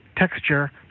texture